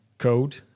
Code